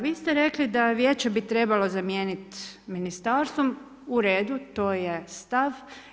Vi ste rekli da Vijeće bi trebalo zamijeniti ministarstvo, u redu to je stav.